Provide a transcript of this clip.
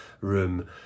room